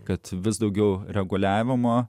kad vis daugiau reguliavimo